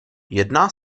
jedná